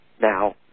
Now